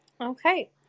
Okay